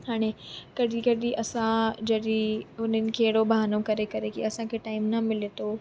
हाणे कॾी कॾी असां जॾी उनिन खे एड़ो बहानो करे करे कि असांखे टाइम न मिले तो